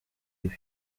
ibi